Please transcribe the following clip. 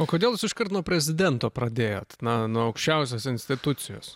o kodėl jūs iškart nuo prezidento pradėjot na nuo aukščiausios institucijos